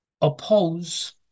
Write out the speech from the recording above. oppose